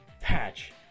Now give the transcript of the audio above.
patch